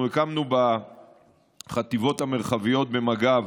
אנחנו הקמנו בחטיבות המרחביות במג"ב